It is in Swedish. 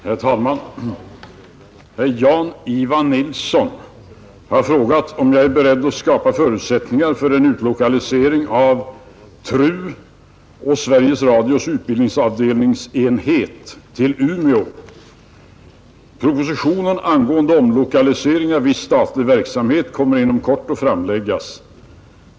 Herr talman! Herr Nilsson i Tvärålund har frågat mig om jag är beredd att skapa förutsättningar för en utlokalisering av TRU och Sveriges Radios utbildningsavdelningsenhet till Umeå. Propositionen angående omlokalisering av viss statlig verksamhet kommer inom kort att framläggas.